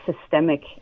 systemic